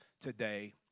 today